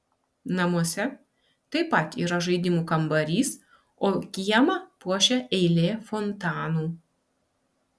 namuose taip pat yra žaidimų kambarys o kiemą puošia eilė fontanų